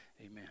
Amen